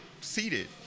seated